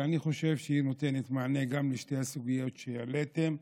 ואני חושב שהיא נותנת מענה לשתי הסוגיות שהעליתם.